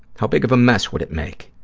how big of a mess would it make?